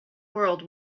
world